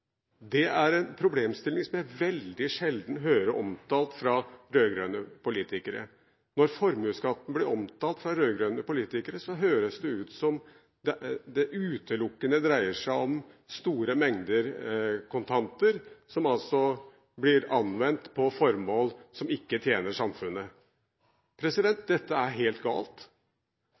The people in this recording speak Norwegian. Det er en problemstilling som jeg veldig sjelden hører omtalt fra rød-grønne politikere. Når formuesskatten blir omtalt av rød-grønne politikere, høres det ut som om det utelukkende dreier seg om store mengder kontanter som blir anvendt på formål som ikke tjener samfunnet. Dette er helt galt.